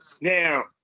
now